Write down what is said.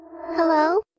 Hello